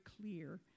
clear